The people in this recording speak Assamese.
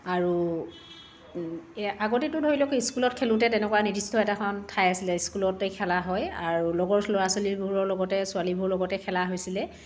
আৰু এই আগতেতো ধৰি লওক স্কুলত খেলোঁতে তেনেকুৱা নিৰ্দিষ্ট এটা কাৰণ ঠাই আছিলে স্কুলতে খেলা হয় আৰু লগৰ ল'ৰা ছোৱালীবোৰৰ লগতে ছোৱালীবোৰৰ লগতে খেলা হৈছিলে